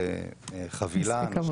זה חבילה,